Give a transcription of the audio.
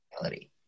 reality